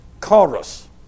chorus